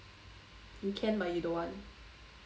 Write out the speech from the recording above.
you can but you don't want